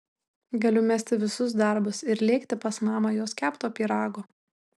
galiu mesti visus darbus ir lėkti pas mamą jos kepto pyrago